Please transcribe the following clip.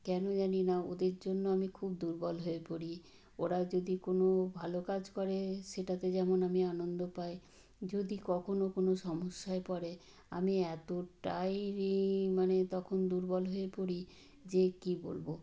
কেন জানি না ওদের জন্য আমি খুব দুর্বল হয়ে পড়ি ওরা যদি কোনও ভালো কাজ করে সেটাতে যেমন আমি আনন্দ পাই যদি কখনও কোনও সমস্যায় পড়ে আমি এতটাই রি মানে তখন দুর্বল হয়ে পড়ি যে কি বলব